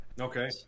okay